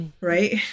Right